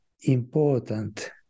important